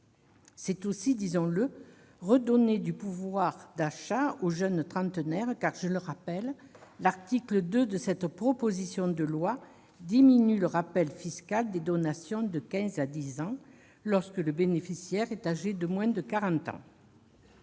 C'est aussi, disons-le, redonner du pouvoir d'achat aux jeunes trentenaires, car, je le rappelle, l'article 2 de cette proposition de loi diminue le rappel fiscal des donations de quinze à dix ans lorsque le bénéficiaire est âgé de moins de 40 ans.